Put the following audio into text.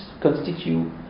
constitute